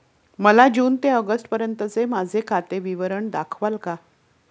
मला जून ते ऑगस्टपर्यंतचे माझे खाते विवरण दाखवाल का?